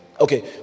Okay